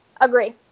Agree